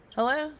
Hello